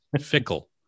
fickle